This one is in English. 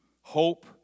Hope